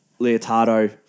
Leotardo